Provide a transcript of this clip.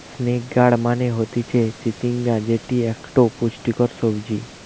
snake gourd মানে হতিছে চিচিঙ্গা যেটি একটো পুষ্টিকর সবজি